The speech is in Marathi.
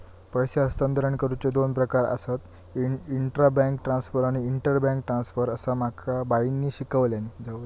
पैसे हस्तांतरण करुचे दोन प्रकार आसत, इंट्रा बैंक ट्रांसफर आणि इंटर बैंक ट्रांसफर, असा माका बाईंनी शिकवल्यानी